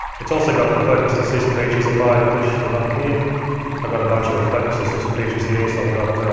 it's also got the focus assist features. if i push the button here i've got a bunch of focus assist features here. so i've got,